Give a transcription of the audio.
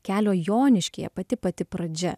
kelio joniškyje pati pati pradžia